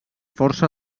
força